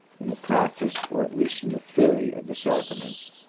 in the practice, or at least in the theory, of the sacraments,